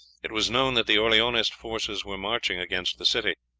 it was known that the orleanist forces were marching against the city.